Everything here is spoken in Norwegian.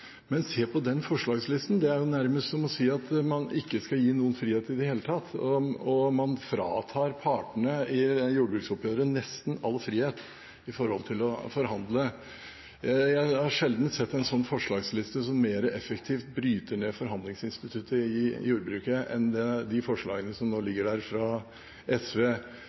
men ser man på denne forslagslisten, er jo det nærmest som å si at man ikke skal gi noen frihet i det hele tatt. Og man fratar partene i jordbruksoppgjøret nesten all frihet med tanke på å forhandle. Jeg har sjelden sett en forslagsliste som mer effektivt bryter ned forhandlingsinstituttet i jordbruket enn de forslagene som nå ligger der fra SV.